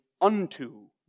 unto